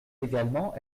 également